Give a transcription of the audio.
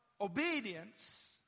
obedience